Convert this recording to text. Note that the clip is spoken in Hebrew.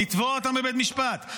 לתבוע אותם בבית משפט,